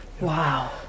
Wow